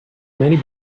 many